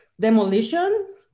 demolition